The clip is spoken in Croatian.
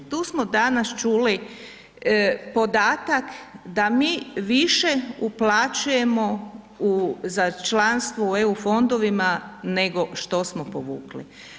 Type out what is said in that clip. Tu smo danas čuli podatak da mi više uplaćujemo u, za članstvo u EU fondovima nego što smo povukli.